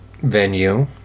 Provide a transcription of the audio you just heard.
venue